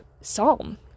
psalm